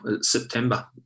September